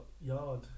Yard